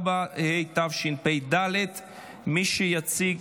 24), התשפ"ד 2024. יציג